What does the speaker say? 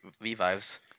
revives